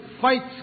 fights